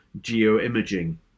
geo-imaging